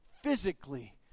physically